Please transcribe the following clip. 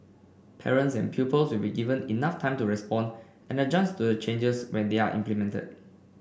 parents and pupils will be given enough time to respond and adjust to the changes when they are implemented